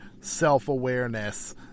self-awareness